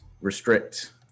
restrict